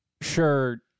sure